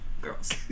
Girls